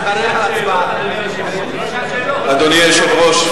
זאת שעת שאלות, אדוני היושב-ראש?